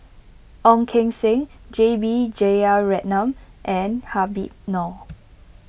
Ong Keng Sen J B Jeyaretnam and Habib Noh